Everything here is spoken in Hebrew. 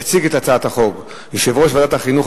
יציג את הצעת החוק יושב-ראש ועדת החינוך,